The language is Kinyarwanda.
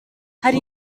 hari